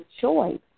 choice